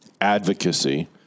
Advocacy